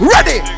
Ready